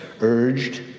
Urged